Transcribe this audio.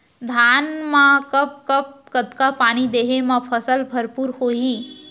धान मा कब कब कतका पानी देहे मा फसल भरपूर होही?